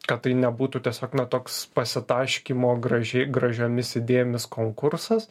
kad tai nebūtų tiesiog na toks pasitaškymo gražiai gražiomis idėjomis konkursas